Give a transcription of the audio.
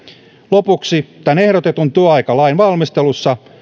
lopuksi tämän ehdotetun työaikalain valmistelussa